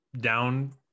down